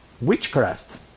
witchcraft